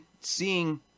seeing